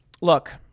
Look